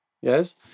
Yes